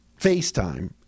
FaceTime